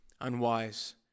unwise